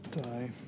Die